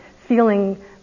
feeling